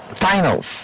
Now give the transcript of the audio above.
finals